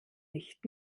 nicht